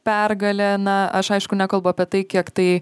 pergalė na aš aišku nekalbu apie tai kiek tai